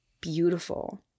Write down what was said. beautiful